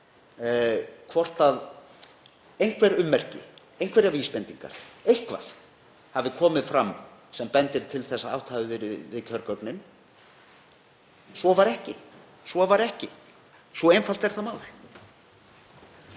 hvort einhver ummerki, einhverjar vísbendingar, eitthvað, hafi komið fram sem bendi til þess að átt hafi verið við kjörgögnin. Svo var ekki. Svo einfalt er það mál.